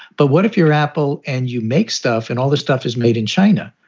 but what if you're apple and you make stuff and all the stuff is made in china?